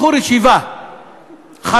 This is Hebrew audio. בחור ישיבה חרדי,